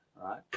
right